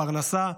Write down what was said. פרנסה,